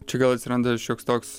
čia gal atsiranda šioks toks